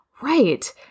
Right